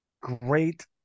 great